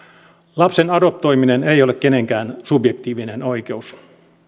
lapsen adoptoiminen ei ole kenenkään subjektiivinen oikeus